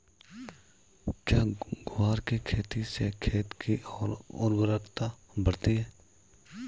क्या ग्वार की खेती से खेत की ओर उर्वरकता बढ़ती है?